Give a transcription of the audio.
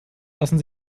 lassen